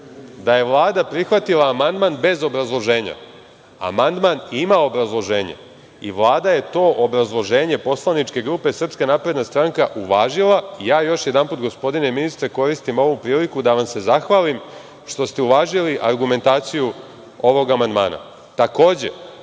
da je Vlada prihvatila amandman bez obrazloženja. Amandman ima obrazloženje i Vlada je to obrazloženje poslaničke grupe SNS uvažila. Još jedanput, gospodine ministre, koristim ovu priliku da vam se zahvalim što ste uvažili argumentaciju ovog amandmana.